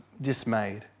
dismayed